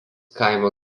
kaimo